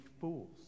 fools